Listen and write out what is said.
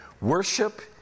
Worship